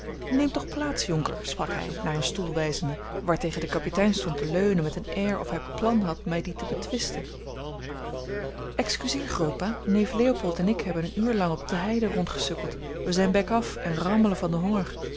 neem toch plaats jonker sprak hij naar een stoel wijzende waartegen de kapitein stond te leunen met een air of hij plan had mij dien te betwisten excuseer grootpa neef leopold en ik hebben een uur lang op de heide rondgesukkeld wij zijn bek af en rammelen van den honger